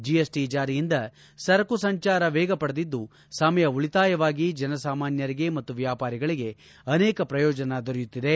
GST ಜಾರಿಯಿಂದ ಸರಕು ಸಂಚಾರ ವೇಗ ಪಡೆದಿದ್ದು ಸಮಯ ಉಳತಾಯವಾಗಿ ಜನ ಸಾಮಾನ್ಯರಿಗೆ ಮತ್ತು ವ್ಯಾಪಾರಿಗಳಿಗೆ ಅನೇಕ ಪ್ರಯೋಜನ ದೊರೆಯುತ್ತಿದೆ